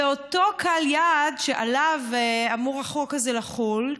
ואותו קהל יעד שעליו אמור החוק הזה לחול,